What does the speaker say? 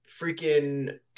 freaking